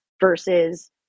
versus